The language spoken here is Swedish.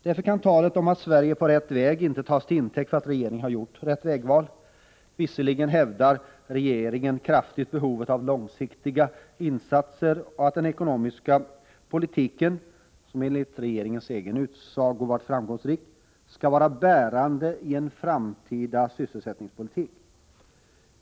Därför kan talet om att Sverige är på rätt väg inte tas till intäkt för att regeringen gjort rätt vägval. Visserligen hävdar regeringen kraftigt behovet av långsiktiga insatser och att den ekonomiska politiken, som enligt regeringens egen utsago varit framgångsrik, skall vara bärande i en framtida sysselsättningspolitik.